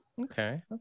Okay